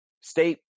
State